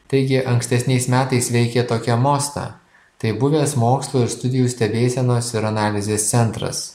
taigi ankstesniais metais veikė tokia mosta tai buvęs mokslo ir studijų stebėsenos ir analizės centras